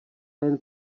jen